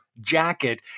jacket